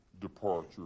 departure